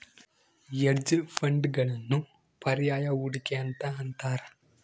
hedge ಫಂಡ್ಗಳನ್ನು ಪರ್ಯಾಯ ಹೂಡಿಕೆ ಅಂತ ಅಂತಾರ